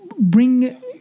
bring